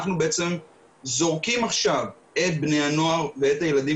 אנחנו בעצם זורקים עכשיו את בני הנוער ואת הילדים